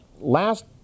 last